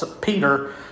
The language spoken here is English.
Peter